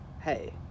hey